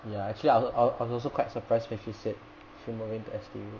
ya actually I'll I'll I was also quite surprised when she said she moving to S_T_B